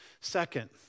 Second